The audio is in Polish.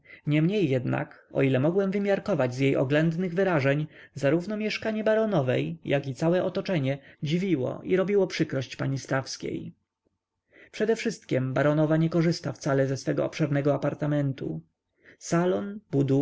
niemniej jednak o ile mogłem wymiarkować z jej oględnych wyrażeń zarówno mieszkanie baronowej jak i całe otoczenie dziwiło i robiło przykrość pani stawskiej przedewszystkiem baronowa wcale nie korzysta ze swego obszernego apartamentu salon buduar